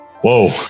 Whoa